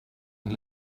and